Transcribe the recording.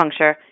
acupuncture